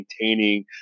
maintaining